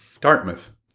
Dartmouth